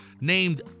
named